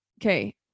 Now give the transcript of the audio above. Okay